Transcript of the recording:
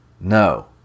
No